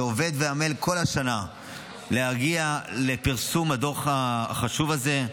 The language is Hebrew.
שעובד ועמל כל השנה להגיע לפרסום הדוח החשוב הזה.